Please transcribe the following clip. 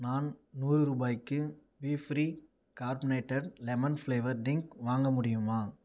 நான் நூறு ரூபாய்க்கு B free carbonated lemon flavoured drink வாங்க முடியுமா